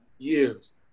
years